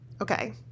Okay